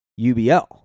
UBL